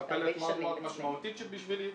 מטפלת מאוד משמעותית בשבילי.